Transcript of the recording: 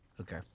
Okay